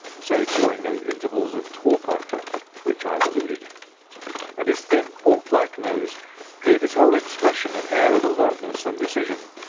save during those intervals of torpor to which i have alluded and his thin, hawk-like nose gave his whole expression an and air of alertness and decision.